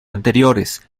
anteriores